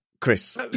Chris